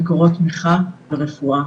מקורות תמיכה ורפואה.